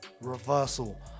Reversal